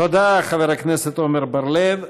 תודה, חבר הכנסת עמר בר-לב.